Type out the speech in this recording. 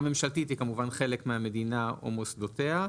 ממשלתית היא כמובן חלק מהמדינה ומוסדותיה.